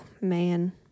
man